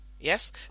yes